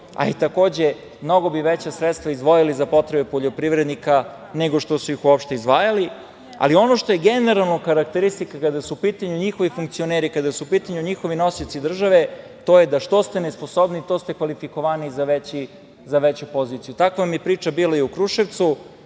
a takođe mnogo bi veća sredstva izdvojili za potrebe poljoprivrednika nego što su ih uopšte izdvajali. Ali ono što je generalno karakteristika kada su u pitanju njihovi funkcioneri, kada su u pitanju njihovi nosioci države, to je da što ste nesposobniji, to ste kvalifikovaniji za veću poziciju. Takva vam je priča bila i u Kruševcu.